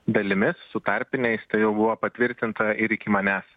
dalimis su tarpiniais tai jau buvo patvirtinta ir iki manęs